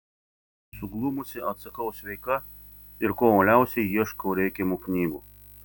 suglumusi atsakau sveika ir kuo uoliausiai ieškau reikiamų knygų